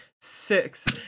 six